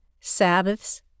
sabbaths